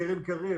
יש את קרן קרב.